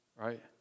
right